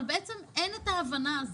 אבל אין את ההבנה הזאת,